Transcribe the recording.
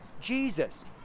Jesus